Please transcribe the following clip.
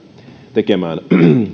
tekemään